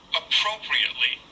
appropriately